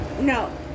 No